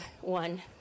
one